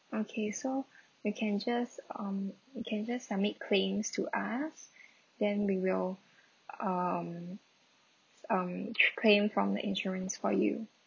okay so you can just um you can just submit claims to us then we will um um claim from the insurance for you